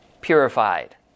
purified